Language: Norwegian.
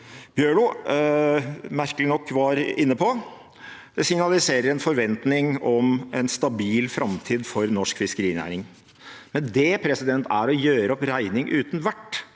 Bjørlo, mer- kelig nok, var inne på. Det signaliserer en forventning om en stabil framtid for norsk fiskerinæring, men det er å gjøre opp regning uten vert.